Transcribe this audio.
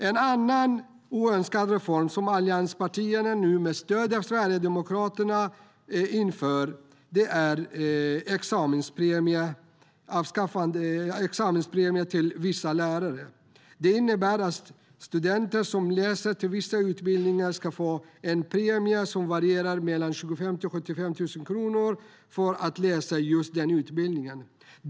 En annan oönskad reform som allianspartierna nu med stöd av Sverigedemokraterna inför är examenspremie till vissa lärare. Detta innebär att studenter som läser vissa utbildningar ska få en premie som varierar mellan 25 000 och 75 000 kronor för att de ska läsa just den utbildningen.